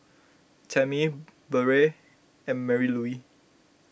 Tammy Barrett and Marylouise